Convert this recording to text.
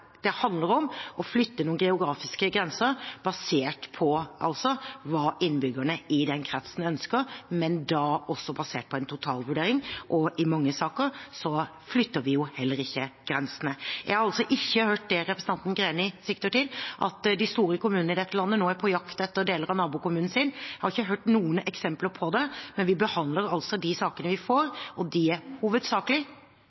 Det handler om å flytte noen geografiske grenser basert på hva innbyggerne i kretsen ønsker, men også basert på en totalvurdering. I mange saker flytter vi heller ikke grensene. Jeg har ikke hørt det representanten Greni sikter til, at de store kommunene i dette landet nå er på jakt etter deler av nabokommunen sin. Jeg har ikke hørt noen eksempler på det, men vi behandler de sakene vi